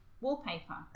wallpaper